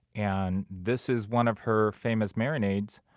and this is one of her famous marinades.